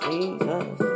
Jesus